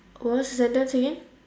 what's the sentence again